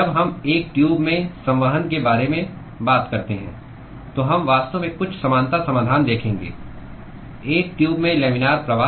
जब हम एक ट्यूब में संवहन के बारे में बात करते हैं तो हम वास्तव में कुछ समानता समाधान देखेंगे एक ट्यूब में लैमिनार प्रवाह